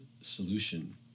solution